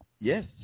Yes